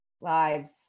lives